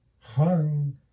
hung